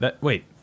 wait